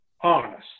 honest